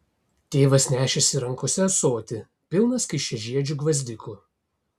tėvas nešėsi rankose ąsotį pilną skaisčiažiedžių gvazdikų